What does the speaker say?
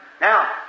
Now